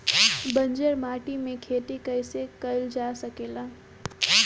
बंजर माटी में खेती कईसे कईल जा सकेला?